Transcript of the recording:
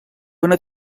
una